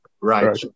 right